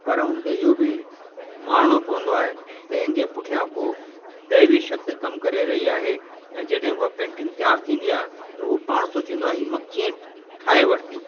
पर उन खे इहो बि मञिणो पवंदो आहे त इन जे पुठियां को दैवीय शक्ति कमु करे रही आहे ऐं जॾहिं उहा पेंटिंग तयारु थींदी आहे त उहो पाण सोचींदो आहे हीअ मां कीअं ठाहे वरिती